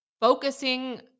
focusing